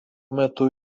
metu